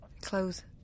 Clothes